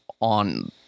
on